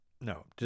no